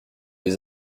les